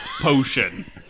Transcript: potion